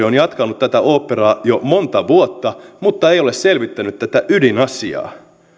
on jatkanut tätä oopperaa jo monta vuotta mutta ei ole selvittänyt tätä ydinasiaa